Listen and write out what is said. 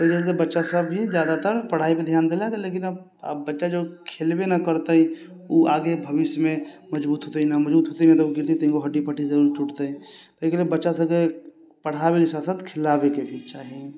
ओहि चलते बच्चासभ भी ज्यादातर पढ़ाइमे ध्यान देलक लेकिन आब आब बच्चा जो खेलबे न करतै ओ आगे भविष्यमे मजबूत होतै न मजबूत होतै न तऽ गिरतै तीनगो हड्डी पड्डी जरूर टुटतै ताहिके लेल बच्चासभके पढ़ाबयके साथ साथ खेलाबयके भी चाही